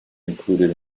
included